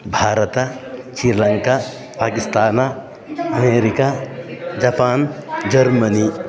भारतम् शीर्लङ्का पाकिस्ताना America Japan Germany